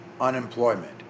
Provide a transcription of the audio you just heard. unemployment